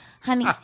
honey